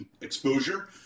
exposure